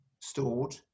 stored